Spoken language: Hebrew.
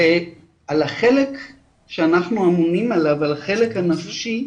ועל החלק שאנחנו אמונים עליו, החלק הנפשי,